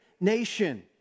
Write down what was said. nation